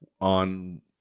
on